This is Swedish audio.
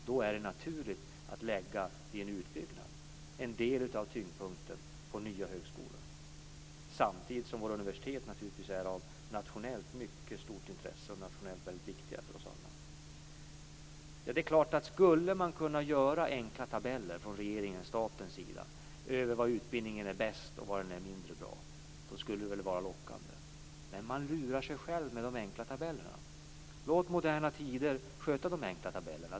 Då är det naturligt att vid en utbyggnad lägga en del av tyngdpunkten på nya högskolor - samtidigt som våra universitet naturligtvis är av nationellt mycket stort intresse. De är nationellt väldigt viktiga för oss alla. Det är klart att skulle man från regeringens och statens sida kunna göra enkla tabeller över var utbildningen är bäst och var den är mindre bra, då skulle det väl vara lockande. Men man lurar sig själv med de enkla tabellerna. Låt Moderna Tider sköta de enkla tabellerna.